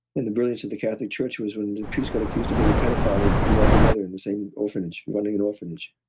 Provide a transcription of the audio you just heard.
and the brilliance of the catholic church was when a priest got accused of being a pedophile, they'd put them all together in the same orphanage, running an orphanage.